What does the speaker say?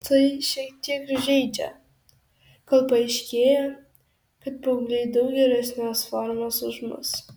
tai šiek tiek žeidžia kol paaiškėja kad paaugliai daug geresnės formos už mus